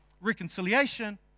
reconciliation